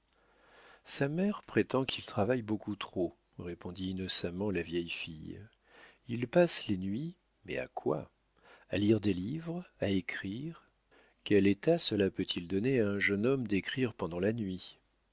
sa mère prétend qu'il travaille beaucoup trop répondit innocemment la vieille fille il passe les nuits mais à quoi à lire des livres à écrire quel état cela peut-il donner à un jeune homme d'écrire pendant la nuit